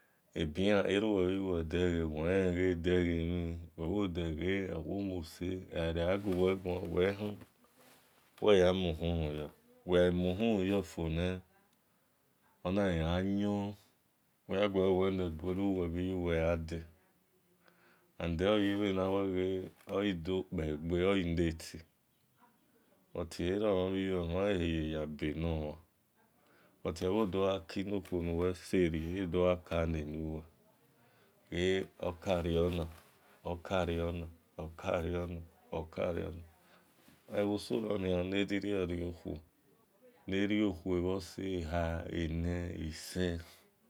Ebi eruwe bhi yuwe deghe uwe mhahe ghe ede ghe-emhin, uwe wo deghe owo mose agha re-gha guwe guan uwihon uwiya mu-uhu mayo uwe gha muhumu yo fo nie on ghi gha yon uwe gha gualor nu we lebue eruwe bhi-iyuwe ghade oye bhe ne we gha oghi do kpe-gbe-ogi latei buti ebhe eromhan bhi iyoyomhan eheye-yebe no mhan buti emho do gha ki inu-ikho no heroe edo gha ka le luwe ghe okario-onona okariona, oka-riona, oka riona ebho soronia neririo riokhuo nerio kho bho sehe, ene, isen.